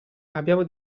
abbiamo